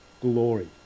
glory